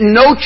no